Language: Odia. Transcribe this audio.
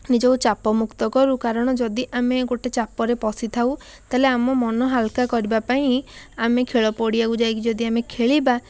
ନିଜକୁ ଚାପ ମୁକ୍ତ କରୁ କାରଣ ଯଦି ଆମେ ଗୋଟେ ଚାପରେ ପଶିଥାଉ ତାହେଲେ ଆମ ମନ ହାଲ୍କା କରିବା ପାଇଁ ଆମେ ଖେଳ ପଡ଼ିଆକୁ ଯାଇକି ଯଦି ଆମେ ଖେଳିବା